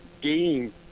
game